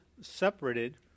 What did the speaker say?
separated